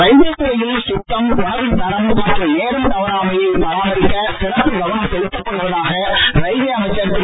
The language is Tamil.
ரயில்வே துறையில் சுத்தம் உணவின் தரம் மற்றும் நேரம் தவறாமையை பராமரிக்க சிறப்பு கவனம் செலுத்தப்படுவதாக ரயில்வே அமைச்சர் திரு